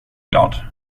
glad